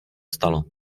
stalo